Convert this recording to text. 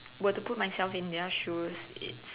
were to put myself in their shoes it's